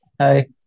Hi